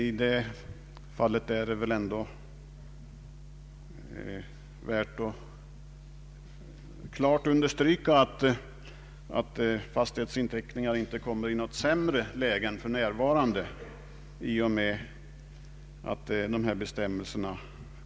I det fallet kan det väl vara av värde att klart understryka att dessa inte hamnar i ett sämre läge än för närvarande i och med de föreslagna bestämmelserna.